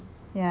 ya